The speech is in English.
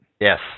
Yes